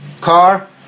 car